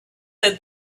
said